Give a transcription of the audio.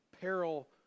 peril